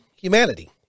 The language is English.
humanity